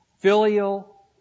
Filial